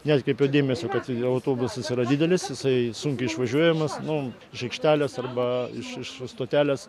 neatkreipiau dėmesio kad autobusas yra didelis jisai sunkiai išvažiuojamas nu iš aikštelės arba iš iš stotelės